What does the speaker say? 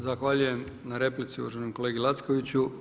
Zahvaljujem na replici uvaženom kolegi Lackoviću.